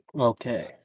Okay